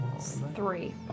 Three